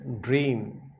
dream